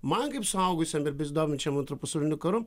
man kaip suaugusiam ir besidominčiam antru pasauliniu karu